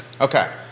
Okay